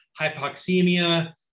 hypoxemia